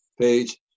page